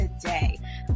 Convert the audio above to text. today